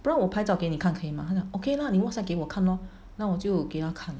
不然我拍照给你看可以吗他讲 okay lah 你 Whatsapp 给我看 lor 然后我就给他看